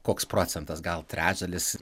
koks procentas gal trečdalis